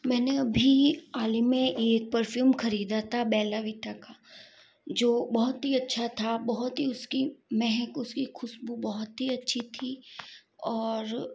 मैंने अभी हाल ही में एक परफ़्यूम खरीदा था बेल्ला वीटा का जो बहुत ही अच्छा था बहुत ही उस की महक उसकी खुशबू बहुत ही अच्छी थी और